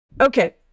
Okay